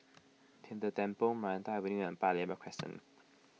Tian De Temple Maranta Avenue and Paya Lebar Crescent